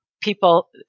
people